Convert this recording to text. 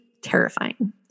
terrifying